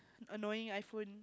annoying iPhone